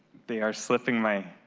they are slipping my